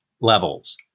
levels